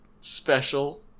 special